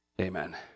Amen